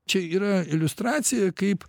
čia yra iliustracija kaip